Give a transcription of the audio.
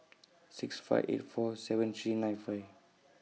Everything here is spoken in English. six five eight four seven three nine five